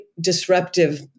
disruptive